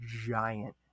giant